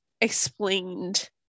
explained